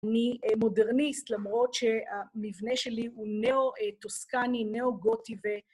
אני מודרניסט, למרות שהמבנה שלי הוא ניאו-טוסקני, ניאו-גותי ו...